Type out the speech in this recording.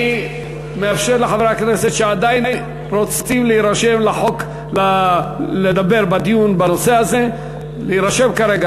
אני מאפשר לחברי הכנסת שעדיין רוצים לדבר בדיון בנושא הזה להירשם כרגע.